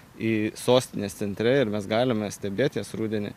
į sostinės centre ir mes galime stebėti jas rudenį